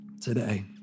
today